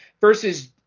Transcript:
versus